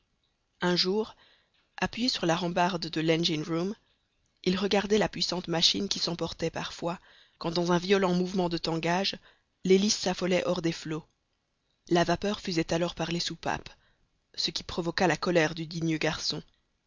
un jour appuyé sur la rambarde de l engine room il regardait la puissante machine qui s'emportait parfois quand dans un violent mouvement de tangage l'hélice s'affolait hors des flots la vapeur fusait alors par les soupapes ce qui provoqua la colère du digne garçon